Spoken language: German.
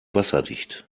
wasserdicht